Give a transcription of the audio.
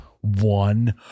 one